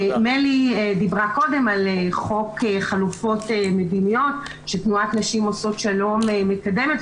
מלי דיברה קודם על חוק חלופות מדיניות שתנועת נשים עושות שלום מקדמת,